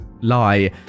lie